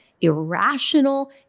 irrational